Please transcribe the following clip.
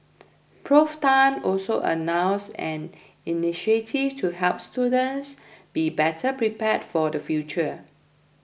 Prof Tan also announced an initiative to help students be better prepared for the future